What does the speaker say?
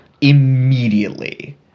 immediately